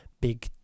big